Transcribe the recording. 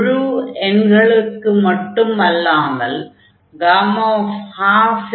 முழு எண்களுக்கு மட்டும் அல்லாமல் 12 இன் மதிப்பையும் கணிக்கலாம்